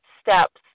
steps